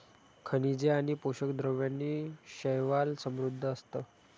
खनिजे आणि पोषक द्रव्यांनी शैवाल समृद्ध असतं